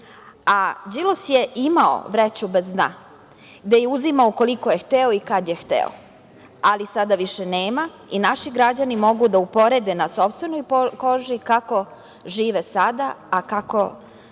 Đilas je imao vreću bez dna gde je uzimao koliko je hteo i kad je hteo, ali sada više nema i naši građani mogu da uporede na sopstvenoj koži kako žive sada, a kako su